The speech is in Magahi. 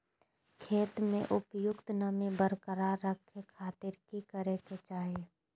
खेत में उपयुक्त नमी बरकरार रखे खातिर की करे के चाही?